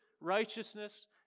righteousness